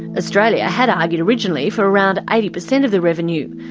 australia had argued originally for around eighty percent of the revenue,